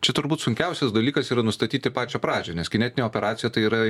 čia turbūt sunkiausias dalykas yra nustatyti pačią pradžią nes kinetinė operacija tai yra